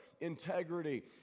integrity